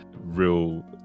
real